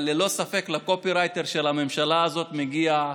אבל ללא ספק לקופירייטר של הממשלה הזאת מגיע שאפו.